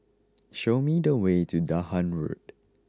show me the way to Dahan Road